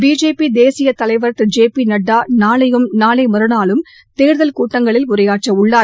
BJP தேசிய தலைவர் திரு ஜெ பி நட்டா நாளையும் நாளை மறுநாளும் தேர்தல் கூட்டங்களில் உரையாற்றவுள்ளார்